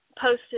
posted